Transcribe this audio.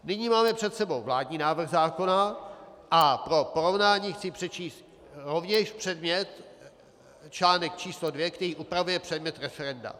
Nyní máme před sebou vládní návrh zákona a pro porovnání chci přečíst rovněž předmět článek číslo 2, který upravuje předmět referenda.